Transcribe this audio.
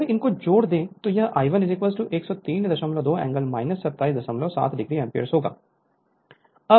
अगर इनको जोड़ दें तो यह I 1 1032 एंगल 277 o एम्पीयर होगा